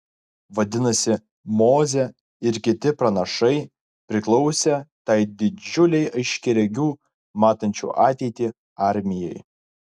vadinasi mozė ir kiti pranašai priklausė tai didžiulei aiškiaregių matančių ateitį armijai